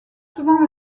souvent